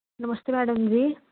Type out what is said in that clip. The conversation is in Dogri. नमस्ते मैडम जी